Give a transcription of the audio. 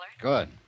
Good